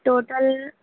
total